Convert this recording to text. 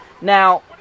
Now